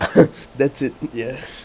that's it ya